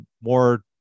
more